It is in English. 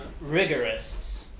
rigorists